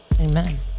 Amen